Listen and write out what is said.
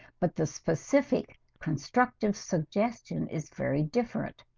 but the specific constructive suggestion is very different,